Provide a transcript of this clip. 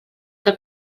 que